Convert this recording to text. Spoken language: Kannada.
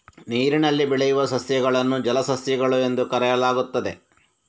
ನೀರಿನಲ್ಲಿ ಬೆಳೆಯುವ ಸಸ್ಯಗಳನ್ನು ಜಲಸಸ್ಯಗಳು ಎಂದು ಕರೆಯಲಾಗುತ್ತದೆ